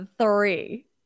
three